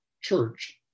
church